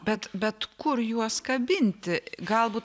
bet bet kur juos kabinti galbūt